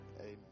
Amen